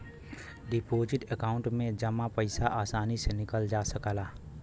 deposit account में जमा पइसा आसानी से निकालल जा सकला